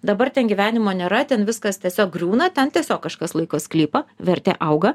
dabar ten gyvenimo nėra ten viskas tiesiog griūna ten tiesiog kažkas laiko sklypą vertė auga